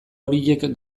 horiek